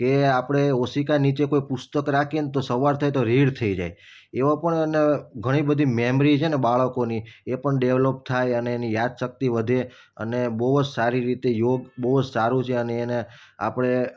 કે એ આપણે ઓશીકા નીચે કોઈ પુસ્તક રાખીએ ને તો સવાર થાય તો રીડ થઈ જાય એવા પણ અને ઘણી બધી મેમરી છે ને બાળકોની એ પણ ડેવલપ થાય અને એની યાદશક્તિ વધે અને બહુ જ સારી રીતે યોગ બહુ જ સારું છે અને એને આપણે